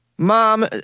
Mom